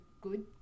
good